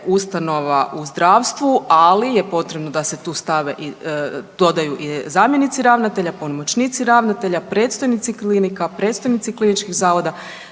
ustanova u zdravstvu, ali je potrebno da se tu stave i, dodaju i zamjenici ravnatelja, pomoćnici ravnatelja, predstojnici klinika, predstojnici kliničkih zavoda